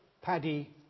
Paddy